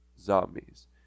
zombies